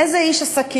איזה איש עסקים,